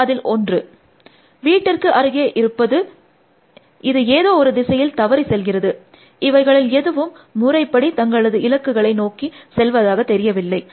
இது அதில் ஒன்று 5245 வீட்டிற்கு அருகே இருப்பது இது எதோ ஒரு திசையில் தவறி செல்கிறது இவைகளில் எதுவும் முறைபப்டி தங்களது இலக்குகளை நோக்கி செல்வதாக தெரியவில்லை